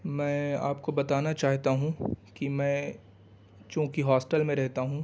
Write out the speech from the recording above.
میں آپ کو بتانا چاہتا ہوں کہ میں چونکہ ہاسٹل میں رہتا ہوں